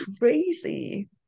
crazy